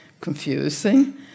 confusing